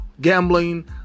gambling